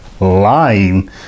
lying